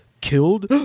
killed